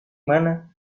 mana